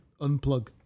Unplug